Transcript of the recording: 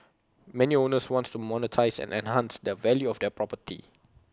many owners want to monetise and enhance the value of their property